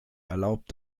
erlaubt